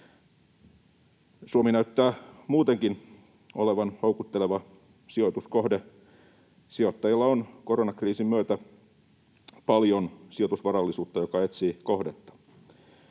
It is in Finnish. Suomi näyttää muutenkin olevan houkutteleva sijoituskohde, sijoittajilla on koronakriisin myötä paljon sijoitusvarallisuutta, joka etsii kohdetta.